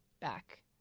back